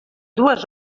dues